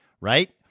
right